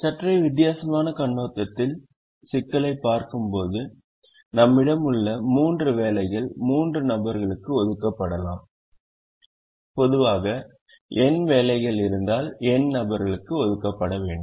சற்றே வித்தியாசமான கண்ணோட்டத்தில் சிக்கலைப் பார்க்கும்போது நம்மிடம் உள்ள மூன்று வேலைகள் மூன்று நபர்களுக்கு ஒதுக்கப்படலாம் பொதுவாக n வேலைகள் இருந்தால் n நபர்களுக்கு ஒதுக்கப்பட வேண்டும்